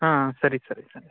ಹಾಂ ಸರಿ ಸರಿ ಸರಿ